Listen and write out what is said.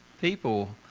people